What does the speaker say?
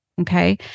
Okay